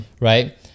right